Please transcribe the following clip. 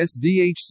SDHC